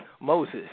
Moses